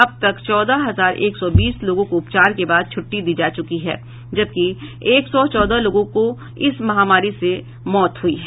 अब तक चौदह हजार एक सौ बीस लोगों को उपचार के बाद छुट्टी दी जा चुकी है जबकि एक सौ चौदह लोगों की इस महामारी से मौत हुई है